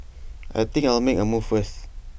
I think I'll make A move first